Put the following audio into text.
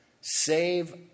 Save